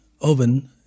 oven